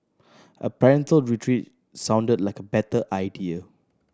a parental retreat sounded like a better idea